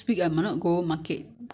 只是那个